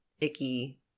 icky